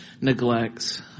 neglects